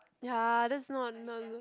ya that's not not good